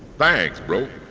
thanks bro!